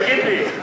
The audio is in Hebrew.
תגיד לי.